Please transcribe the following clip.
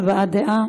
הבעת דעה,